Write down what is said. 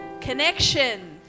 connection